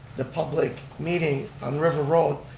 the public meeting on river road,